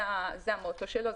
זה המוטו שלו.